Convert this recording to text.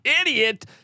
idiot